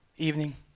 evening